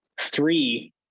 three